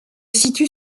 situe